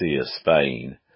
Spain